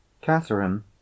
Catherine